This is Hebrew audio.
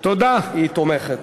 היא תומכת.